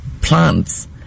plants